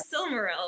Silmaril